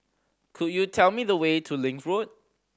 could you tell me the way to Link Road